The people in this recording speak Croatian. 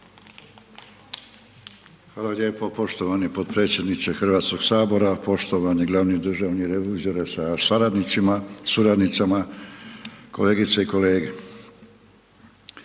Hvala lijepo poštovani potpredsjedniče HS-a, poštovani glavni državni revizore sa suradnicama, kolegice i kolege.